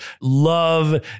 love